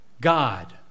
God